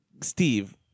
Steve